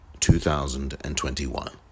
2021